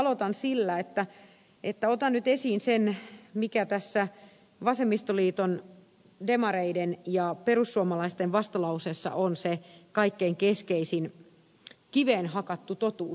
aloitan sillä että otan nyt esiin sen mikä tässä vasemmistoliiton demareiden ja perussuomalaisten vastalauseessa on se kaikkein keskeisin kiveen hakattu totuus